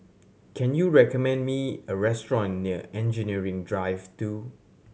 can you recommend me a restaurant near Engineering Drive Two